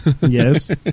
Yes